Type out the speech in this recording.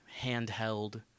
handheld